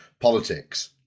politics